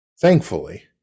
Thankfully